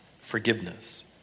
forgiveness